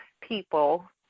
people